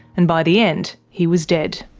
and by the end he was dead.